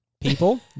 People